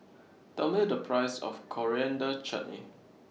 Tell Me The Price of Coriander Chutney